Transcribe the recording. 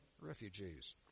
refugees